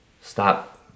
stop